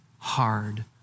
hard